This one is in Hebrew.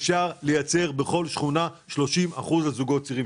אפשר לייצר בכל שכונה 30% לזוגות צעירים,